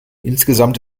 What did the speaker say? insgesamt